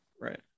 Right